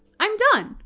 i'm done!